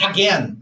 Again